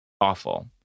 Awful